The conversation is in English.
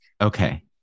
Okay